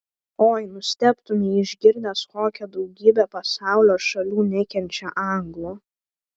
oi nustebtumei išgirdęs kokia daugybė pasaulio šalių nekenčia anglų